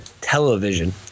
television